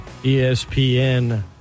ESPN